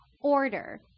order